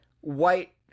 white